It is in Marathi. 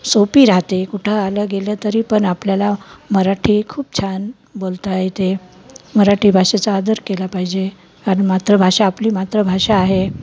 सोपी राहते कुठं आलं गेलं तरी पण आपल्याला मराठी खूप छान बोलता येते मराठी भाषेचा आदर केला पाहिजे कारण मातृभाषा आपली मातृभाषा आहे